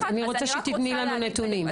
אני רוצה שתתני לנו נתונים.